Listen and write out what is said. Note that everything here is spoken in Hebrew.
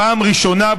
פעם ראשונה,